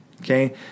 okay